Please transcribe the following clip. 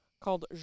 called